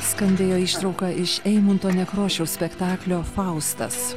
skambėjo ištrauka iš eimunto nekrošiaus spektaklio faustas